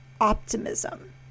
optimism